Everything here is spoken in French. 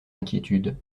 inquiétudes